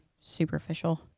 superficial